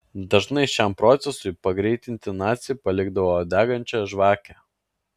dažnai šiam procesui pagreitinti naciai palikdavo degančią žvakę